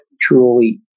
truly